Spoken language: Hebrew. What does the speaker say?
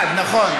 אחד, נכון.